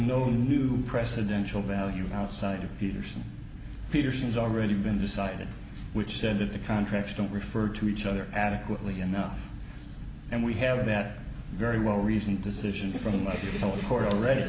no new presidential value outside of peterson peterson's already been decided which said that the contracts don't refer to each other adequately enough and we have that very well reasoned decision from my court already